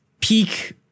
peak